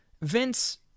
Vince